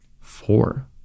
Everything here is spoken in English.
four